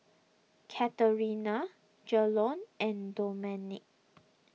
Katerina Dejon and Domenic